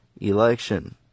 election